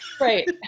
Right